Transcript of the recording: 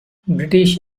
british